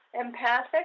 empathic